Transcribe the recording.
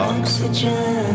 Oxygen